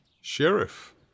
Sheriff